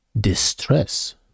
distress